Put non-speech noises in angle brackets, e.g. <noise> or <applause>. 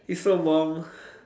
it's so warm <breath>